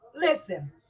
listen